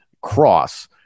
Cross